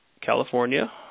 California